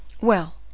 Well